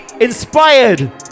inspired